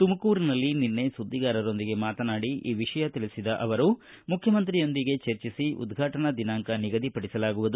ತುಮಕೂರಿನಲ್ಲಿ ನಿನ್ನೆ ಸುದ್ದಿಗಾರರೊಂದಿಗೆ ಮಾತನಾಡಿ ಈ ವಿಷಯ ತಿಳಿಸಿದ ಅವರು ಮುಖ್ಯಮಂತ್ರಿಗಳೊಂದಿಗೆ ಚರ್ಚಿಸಿ ಉದ್ವಾಟನಾ ದಿನಾಂಕ ನಿಗದಿಪಡಿಲಾಗುವುದು